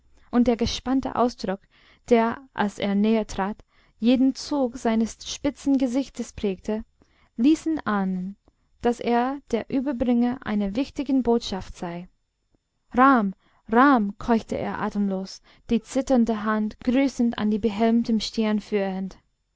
und der gespannte ausdruck der als er näher trat jeden zug seines spitzen gesichtes prägte ließen ahnen daß er der überbringer einer wichtigen botschaft sei rm rm keuchte er atemlos die zitternde hand grüßend an die behelmte stirn führend